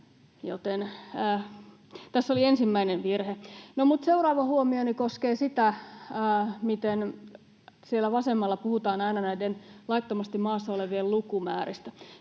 tässä oli ensimmäinen virhe. No, seuraava huomioni koskee sitä, miten siellä vasemmalla puhutaan aina näiden laittomasti maassa olevien lukumääristä.